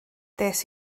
des